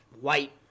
white